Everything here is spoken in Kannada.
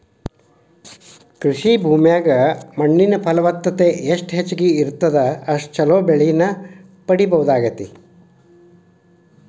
ಕೃಷಿ ಭೂಮಿಯಾಗ ಮಣ್ಣಿನ ಫಲವತ್ತತೆ ಎಷ್ಟ ಹೆಚ್ಚಗಿ ಇರುತ್ತದ ಅಷ್ಟು ಚೊಲೋ ಬೆಳಿನ ಪಡೇಬಹುದಾಗೇತಿ